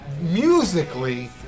musically